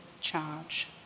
charge